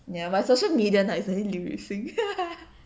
ya my social media nicer than 刘雨欣